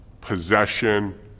possession